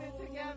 together